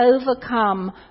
overcome